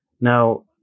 Now